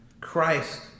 Christ